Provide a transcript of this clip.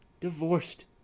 divorced